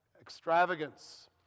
extravagance